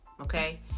okay